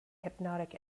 hypnotic